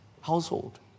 household